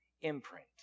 imprint